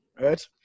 right